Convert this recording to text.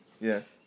Yes